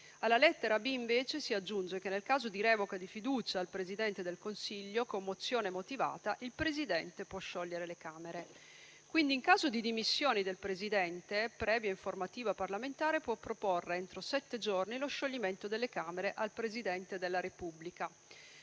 Alla lettera *b)* si aggiunge che, nel caso di revoca di fiducia al Presidente del Consiglio con mozione motivata, il Presidente può sciogliere le Camere. In caso di dimissioni del Presidente, previa informativa parlamentare, può proporre entro sette giorni lo scioglimento delle Camere al Presidente della Repubblica.